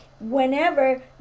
Whenever